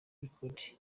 record